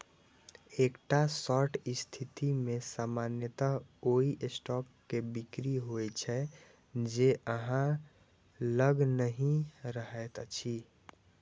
एकटा शॉर्ट स्थिति मे सामान्यतः ओइ स्टॉक के बिक्री होइ छै, जे अहां लग नहि रहैत अछि